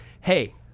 Hey